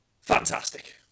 fantastic